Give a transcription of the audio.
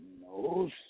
No